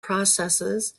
processes